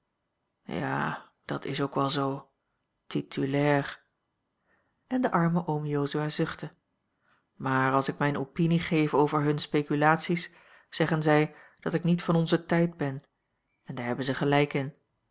ja dat is ook wel zoo titulair en de arme oom jozua zuchtte maar als ik mijne opinie geef over hunne speculaties zeggen zij dat ik niet van onzen tijd ben en daar hebben ze gelijk in